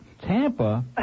Tampa